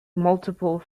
multiple